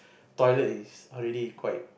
toilet is already quite